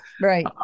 right